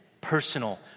personal